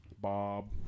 Bob